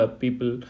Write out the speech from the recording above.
people